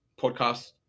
podcast